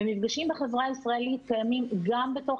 ומפגשים בחברה הישראלית קיימים גם בתוך